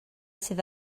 sydd